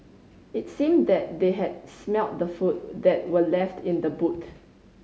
it seemed that they had smelt the food that were left in the boot